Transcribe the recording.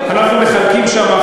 אנחנו מחלקים שם,